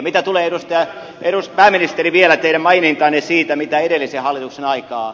mitä tulee pääministeri vielä teidän mainintaanne siitä mitä edellisen hallituksen aikaan